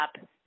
up